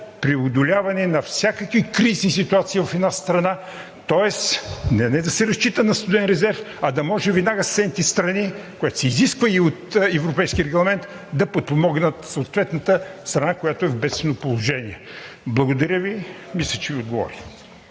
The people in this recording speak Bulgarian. преодоляване на всякакви кризисни ситуации в една страна. Тоест, не да се разчита на студен резерв, а да може веднага съседните страни – което се изисква и от Европейския регламент, да подпомогнат съответната страна, която е в бедствено положение. Благодаря Ви, мисля, че отговорих.